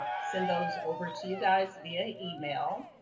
ah send those over to you guys via email.